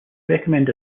recommend